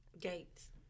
Gates